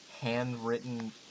handwritten